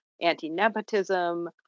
anti-nepotism